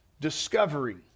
discovery